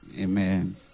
Amen